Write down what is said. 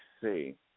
see